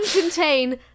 contain